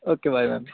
okay bye ma'am